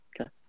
Okay